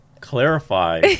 clarify